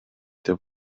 деп